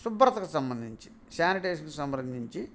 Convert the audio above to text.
శుభ్రతకు సంబంధించి శానిటేషన్ సంప్రదించి